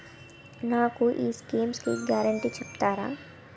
నాకు ఈ schemes guarantee చెప్తారా?